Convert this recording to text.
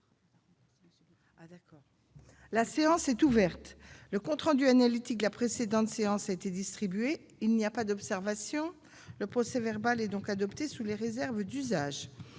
La séance est ouverte. Le compte rendu analytique de la précédente séance a été distribué. Il n'y a pas d'observation ?... Le procès-verbal est adopté sous les réserves d'usage.